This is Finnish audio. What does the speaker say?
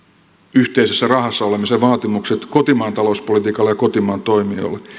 yhteisessä rahassa olemisen vaatimukset kotimaan talouspolitiikalle ja kotimaan toimijoille